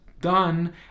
done